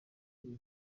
cyose